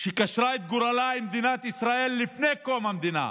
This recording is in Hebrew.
שקשרה את גורלה עם מדינת ישראל לפני קום המדינה.